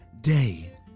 day